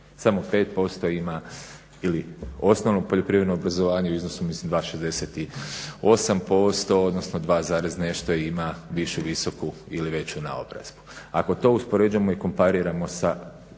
Samo 5% ima ili osnovno poljoprivredno obrazovanje u iznosu mislim 2,68% odnosno 2,nešto ima višu, visoku ili veću naobrazbu. Ako to uspoređujemo i kompariramo sa